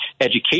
education